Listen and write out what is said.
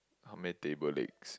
how many table legs